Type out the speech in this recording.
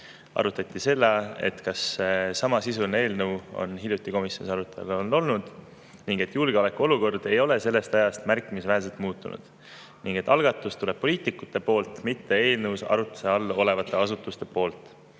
Arutati seda, kas samasisuline eelnõu on hiljuti komisjonis arutelu all olnud ja et julgeolekuolukord ei ole sellest ajast märkimisväärselt muutunud ning et algatus tuleb poliitikute poolt, mitte eelnõus arutluse all olevate asutuste poolt.